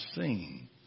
seen